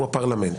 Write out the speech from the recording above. הוא הפרלמנט.